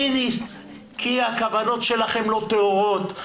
כי הכוונות שלכם לא טהורות.